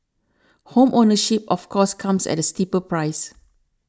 home ownership of course comes at a steeper price